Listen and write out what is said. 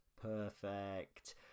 Perfect